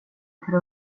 för